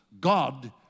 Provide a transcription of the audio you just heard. God